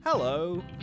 Hello